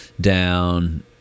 down